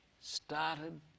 started